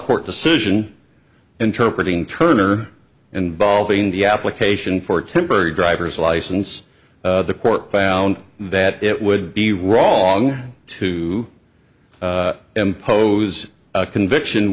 court decision interpret ing turner involving the application for temporary driver's license the court found that it would be wrong to impose a conviction